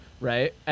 right